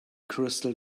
crystal